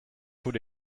wurde